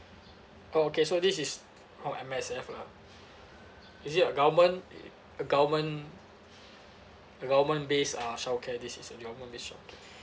okay so this is oh M_S_F ah is it a government it a government a government based uh childcare this is a government based childcare